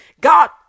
God